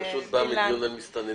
אני פשוט בא מדיון על מסתננים.